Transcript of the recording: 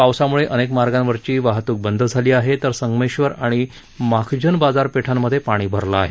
पावसामुळे अनेक मार्गावरची वाहतूक बंद झाली आहे तर संगमेश्वर आणि माखजन बाजारपेठांमध्ये पाणी भरलं आहे